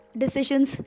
decisions